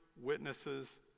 witnesses